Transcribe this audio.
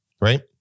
right